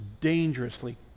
dangerously